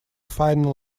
final